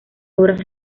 obras